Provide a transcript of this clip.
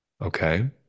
Okay